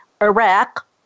Iraq